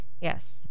Yes